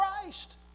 Christ